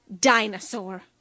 dinosaur